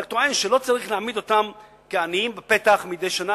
אני רק טוען שלא צריך להעמיד אותם מדי שנה